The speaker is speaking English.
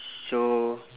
so